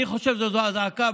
אני חושב שזו הזעקה,